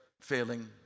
failing